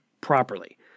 properly